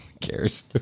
cares